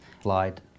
slide